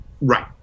Right